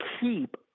keep